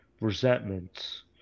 resentments